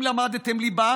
אם למדתם ליבה